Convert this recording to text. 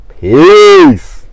peace